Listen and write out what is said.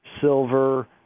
silver